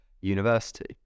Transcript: university